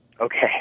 Okay